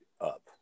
up